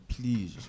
please